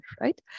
right